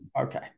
Okay